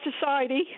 society